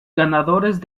ganadores